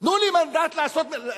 תנו לי מנדט, אעשה מלחמה.